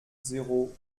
zéro